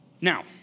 Now